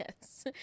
yes